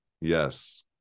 yes